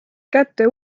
kätte